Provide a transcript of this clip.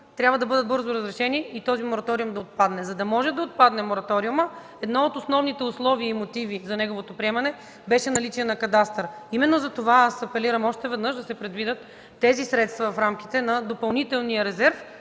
трябва да бъдат бързо разрешени и този мораториум да отпадне. За да може да отпадне мораториумът, едно от основните условия и мотиви за неговото приемане беше наличие на кадастър. Именно затова апелирам още веднъж да се предвидят тези средства в рамките на допълнителния резерв,